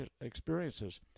experiences